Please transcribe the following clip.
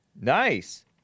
Nice